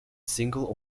single